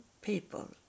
people